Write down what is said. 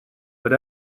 but